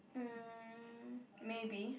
mm maybe